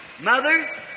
Mother